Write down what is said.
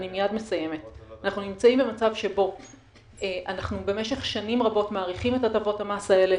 אנחנו נמצאים במצב שבו אנחנו במשך שנים רבות מאריכים את הטבות המס האלה,